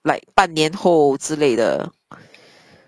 like 半年后之类的